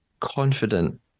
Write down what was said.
confident